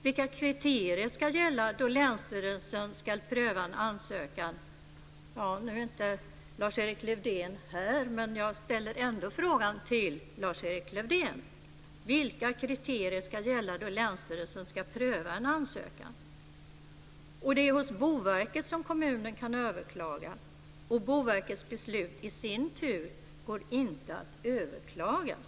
Vilka kriterier ska gälla då länsstyrelsen ska pröva en ansökan? Lars-Erik Lövdén är inte här men jag ställer ändå denna fråga till honom. Och det är hos Boverket som kommunen kan överklaga, och Boverkets beslut i sin tur går inte att överklaga.